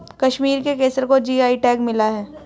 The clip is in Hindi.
कश्मीर के केसर को जी.आई टैग मिला है